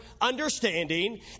understanding